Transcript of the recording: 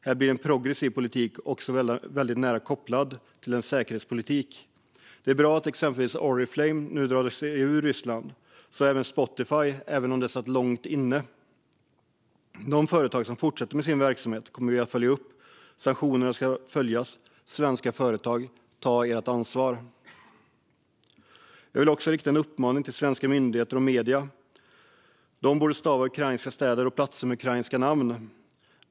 Här får progressiv politik också nära koppling till säkerhetspolitiken. Det är bra att exempelvis Oriflame nu har dragit sig ut ur Ryssland. Det gäller också Spotify, även om det satt långt inne. De företag som fortsätter med sin verksamhet där kommer vi att följa upp. Sanktionerna ska följas. Svenska företag, ta ert ansvar! Jag vill också rikta en uppmaning till svenska myndigheter och medier. De borde stava ukrainska städer och platser på ukrainska.